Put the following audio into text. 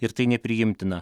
ir tai nepriimtina